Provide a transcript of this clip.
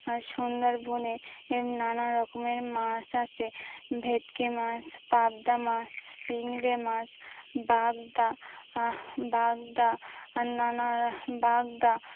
আর সুন্দরবনে নানা রকমের মাছ আসে ভেটকি মাছ পাবদা মাছ চিংড়ি মাছ বাগদা বাগদা আর নানা বাগদা